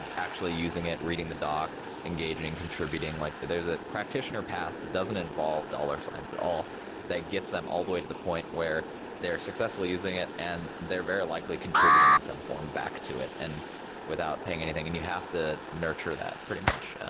and actually using it, reading the docs, engaging, contributing, like there's a practitioner path that doesn't involve dollar signs at all that gets them all the way to the point where they're successfully using it and they're very likely contributing in some form back to it and without paying anything, and you have to nurture that pretty much.